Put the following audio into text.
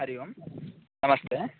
हरिः ओम् नमस्ते